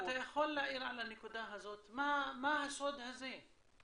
אבל אתה יכול להאיר על הנקודה הזאת, מה הסוד הזה?